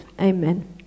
Amen